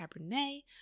Cabernet